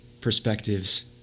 perspectives